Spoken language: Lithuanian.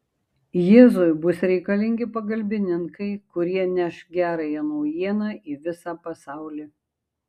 jėzui bus reikalingi pagalbininkai kurie neš gerąją naujieną į visą pasaulį